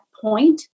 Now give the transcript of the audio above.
point